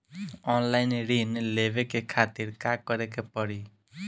Online ऋण लेवे के खातिर का करे के पड़ी?